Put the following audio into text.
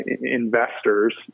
investors